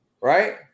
right